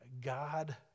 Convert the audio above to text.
God